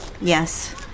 Yes